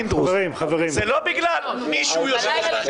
זה לא בגלל מי שעומד בראש הוועדה.